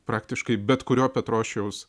praktiškai bet kurio petrošiaus